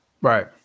Right